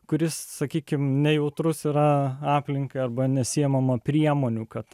kuris sakykime nejautrus yra aplinkai arba nesiimama priemonių kad